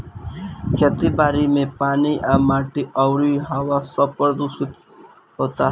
खेती बारी मे पानी आ माटी अउरी हवा सब प्रदूशीत होता